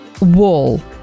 wall